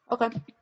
Okay